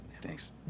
Thanks